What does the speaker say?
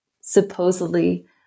supposedly